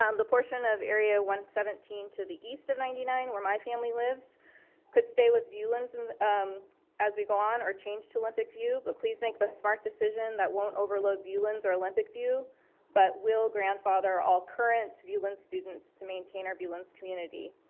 um the portion of area one hundred and seventeen to the east of ninety nine where my family lives could stay with viewlands and um as we go on or change to olympic view but please make the smart decision that won't overload viewlands or olympic view but will grandfather all current viewlands students to maintain our viewlands community.